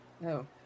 no